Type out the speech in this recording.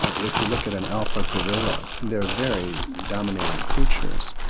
if you look at an alpha gorilla they are very dominating creatures,